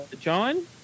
John